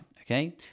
okay